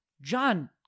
John